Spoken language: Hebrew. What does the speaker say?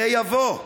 זה יבוא.